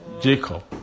jacob